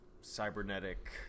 cybernetic